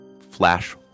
flash